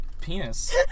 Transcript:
penis